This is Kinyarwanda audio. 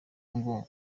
ngo